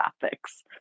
topics